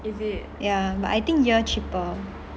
ya but I think ear cheaper